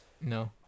No